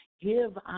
give